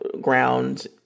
ground